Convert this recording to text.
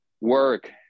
work